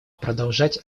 продолжать